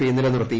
P നിലനിർത്തി